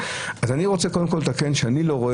אני רוצה קודם כול לתקן שאני לא רואה